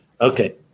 Okay